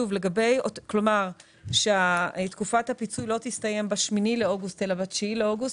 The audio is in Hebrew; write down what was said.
כלומר שתקופת הפיצוי לא תסתיים ב-8 באוגוסט אלא ב-9 באוגוסט,